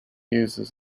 uses